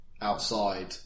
outside